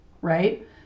right